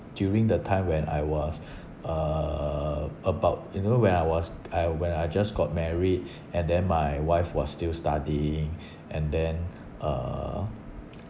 during the time when I was uh about you know when I was I when I just got married and then my wife was still studying and then uh